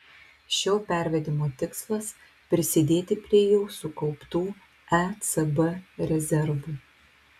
šio pervedimo tikslas prisidėti prie jau sukauptų ecb rezervų